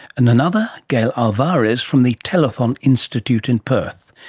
and another, gail alvares, from the telethon institute in perth.